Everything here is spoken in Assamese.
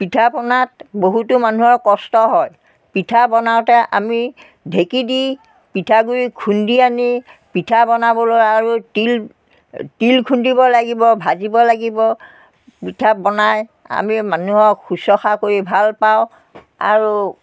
পিঠা পনাত বহুতো মানুহৰ কষ্ট হয় পিঠা বনাওঁতে আমি ঢেঁকী দি পিঠাগুড়ি খুন্দি আনি পিঠা বনাবলৈ আৰু তিল তিল খুন্দিব লাগিব ভাজিব লাগিব পিঠা বনাই আমি মানুহক শুশ্ৰূষা কৰি ভাল পাওঁ আৰু